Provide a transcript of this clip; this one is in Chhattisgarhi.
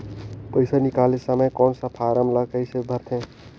पइसा निकाले समय कौन सा फारम ला कइसे भरते?